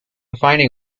finding